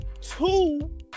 two